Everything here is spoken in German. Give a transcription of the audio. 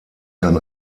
kann